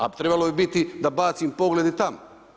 A trebalo bi biti da bacim pogled i tamo.